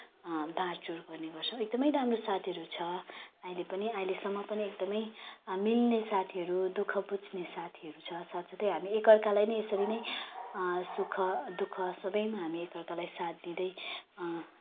बाँडचुड गर्ने गर्छौँ एकदमै राम्रो साथीहरू छ अहिले पनि अहिलेसम्म पनि एकदमै मिल्ने साथीहरू दुःख बुझ्ने साथीहरू छ साथ साथै हामी एक अर्कालाई नै यसरी नै सुख दुःख सबैमा हामी एक अर्कालाई साथ दिँदै